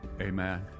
Amen